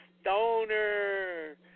Stoner